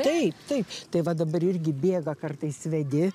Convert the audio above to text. taip taip tai va dabar irgi bėga kartais vedi